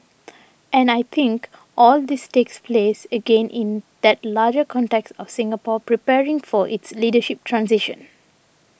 and I think all this takes place again in that larger context of Singapore preparing for its leadership transition